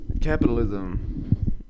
Capitalism